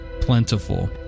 plentiful